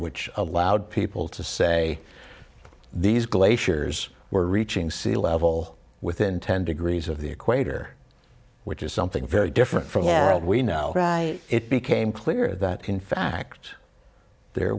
which allowed people to say these glaciers were reaching sea level within ten degrees of the equator which is something very different from him we know it became clear that in fact there